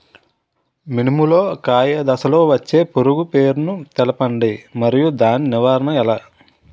మినుము లో కాయ దశలో వచ్చే పురుగు పేరును తెలపండి? మరియు దాని నివారణ ఎలా?